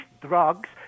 drugs